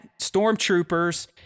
stormtroopers